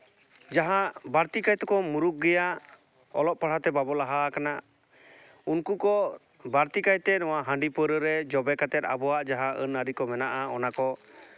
ᱡᱟᱦᱟᱸ ᱵᱟᱹᱲᱛᱤ ᱠᱟᱭᱛᱮᱠᱚ ᱢᱩᱨᱩᱠ ᱜᱮᱭᱟ ᱚᱞᱚᱜ ᱯᱟᱲᱦᱟᱣ ᱛᱮ ᱵᱟᱵᱚ ᱞᱟᱦᱟᱣ ᱟᱠᱟᱱᱟ ᱩᱱᱠᱩ ᱠᱚ ᱵᱟᱹᱲᱛᱤ ᱠᱟᱭᱛᱮ ᱦᱟᱺᱰᱤ ᱯᱟᱹᱣᱨᱟᱹ ᱨᱮ ᱡᱚᱵᱮ ᱠᱟᱛᱮᱫ ᱟᱵᱚᱣᱟᱜ ᱡᱟᱦᱟᱸ ᱟᱹᱱᱼᱟᱹᱨᱤ ᱠᱚ ᱢᱮᱱᱟᱜᱼᱟ ᱚᱱᱟ ᱠᱚ